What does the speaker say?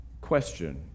Question